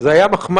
זאת הייתה מחמאה.